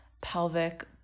pelvic